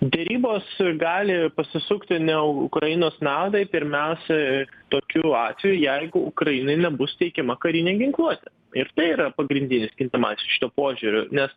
derybos gali pasisukti ne ukrainos naudai pirmiausia tokiu atveju jeigu ukrainai nebus teikiama karinė ginkluotė ir tai yra pagrindinis kintamasis šituo požiūriu nes